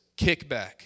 kickback